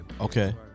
Okay